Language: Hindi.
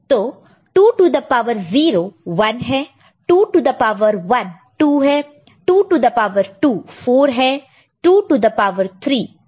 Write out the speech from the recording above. तो 2 टू द पावर 0 1 है 2 टू द पावर 1 2 है 2 टू द पावर 2 4 है 2 टू द पावर 3 8 है